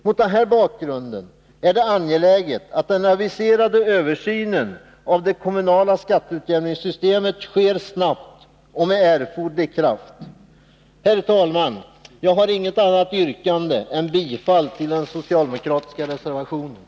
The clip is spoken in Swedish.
Mot denna bakgrund är det angeläget att den aviserade översynen av det kommunala skatteutjämningssystemet sker snabbt och med erforderlig kraft. Herr talman! Jag har inget annat yrkande än yrkande om bifall till den Nr 174